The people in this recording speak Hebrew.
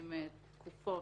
שקובעים תקופות.